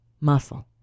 muscle